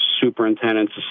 superintendents